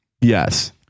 Yes